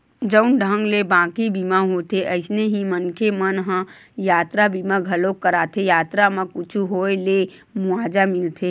जउन ढंग ले बाकी बीमा होथे अइसने ही मनखे मन ह यातरा बीमा घलोक कराथे यातरा म कुछु होय ले मुवाजा मिलथे